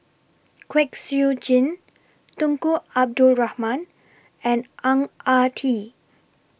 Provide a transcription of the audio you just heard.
Kwek Siew Jin Tunku Abdul Rahman and Ang Ah Tee